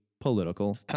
political